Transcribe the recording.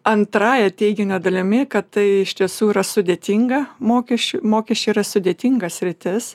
antrąja teiginio dalimi kad tai iš tiesų yra sudėtinga mokesčių mokesčiai yra sudėtinga sritis